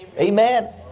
Amen